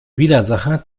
widersacher